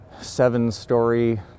seven-story